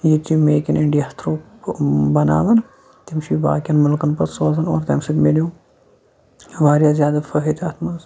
ییٚتہِ یہِ make in India through بَناوان تِم چھُ یہِ باقِیَن مُلکَن پَتہٕ سوزان اور تَمہِ سۭتۍ میلیٛو واریاہ زیادٕ فٲیدٕ اَتھ منٛز